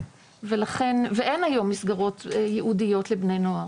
ואין היום מסגרות ייעודיות לבני נוער.